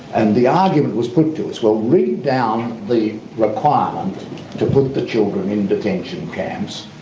and the argument was put to us, well read down the requirement to put the children in detention camps,